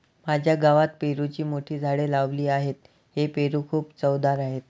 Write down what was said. माझ्या गावात पेरूची मोठी झाडे लावली आहेत, हे पेरू खूप चवदार आहेत